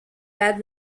bad